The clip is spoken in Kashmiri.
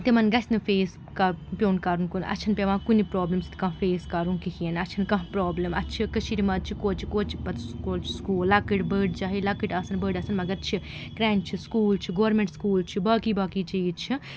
تِمَن گژھِ نہٕ فیس پیوٚن کَرُن کُنہِ اَسہِ چھَنہٕ پٮ۪وان کُنہِ پرٛابلِم سۭتۍ کانٛہہ فیس کَرُن کِہیٖنۍ اَسہِ چھَنہٕ کانٛہہ پرٛابلِم اَسہِ چھِ کٔشیٖرِ منٛز چھِ کوچہِ کوچہِ پَتہٕ سکوٗل سکوٗل لۄکٕٹۍ بٔڑۍ چاہے لۄکٕٹۍ آسَن بٔڑۍ آسَن مگر چھِ کرٛٮ۪نٛچ چھِ سکوٗل چھِ گورمٮ۪نٛٹ سکوٗل چھِ باقٕے باقٕے چیٖز چھِ